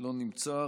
לא נמצא.